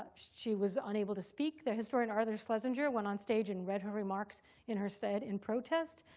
ah she was unable to speak. the historian arthur schlesinger went on stage and read her remarks in her stead in protest.